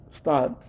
start